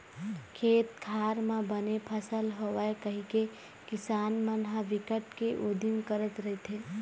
खेत खार म बने फसल होवय कहिके किसान मन ह बिकट के उदिम करत रहिथे